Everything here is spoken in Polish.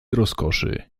rozkoszy